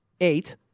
eight